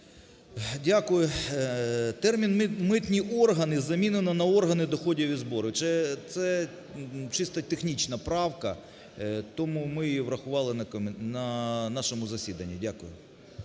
Дякую. Термін "митні органи" замінено на "органи доходів і збору". Це чисто технічна правка. Тому ми її врахували на нашому засіданні. Дякую.